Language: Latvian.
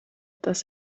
tās